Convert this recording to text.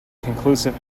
conclusive